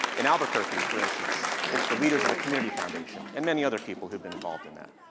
in albuquerque, for instance, it's the leaders of a community foundation, and many other people who've been involved in that.